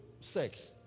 sex